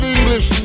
English